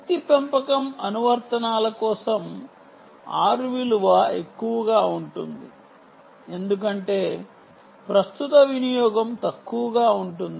శక్తి పెంపకం అనువర్తనాల కోసం R విలువ ఎక్కువగా ఉంటుంది ఎందుకంటే ప్రస్తుత వినియోగం తక్కువగా ఉంటుంది